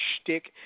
shtick